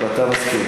ההצעה